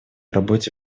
работе